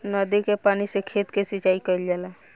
नदी के पानी से खेत के सिंचाई कईल जाला